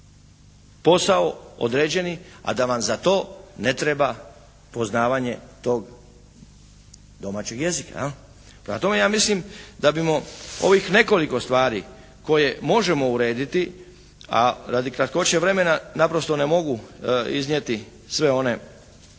posao određeni a da vam za to ne treba poznavanje tog domaćeg jezika, jel. Prema tome ja mislim da bimo ovih nekoliko stvari koje možemo urediti, a radi kratkoće vremena naprosto ne mogu iznijeti sve one